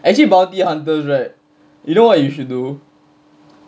actually bounty hunters right you know what you should do